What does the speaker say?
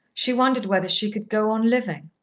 she wondered whether she could go on living.